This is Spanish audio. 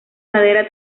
madera